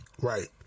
Right